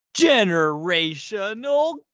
Generational